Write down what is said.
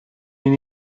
این